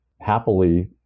Happily